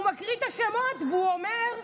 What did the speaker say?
הוא מקריא את השמות והוא אומר,